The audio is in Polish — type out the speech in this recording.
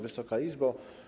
Wysoka Izbo!